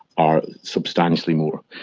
are substantially more.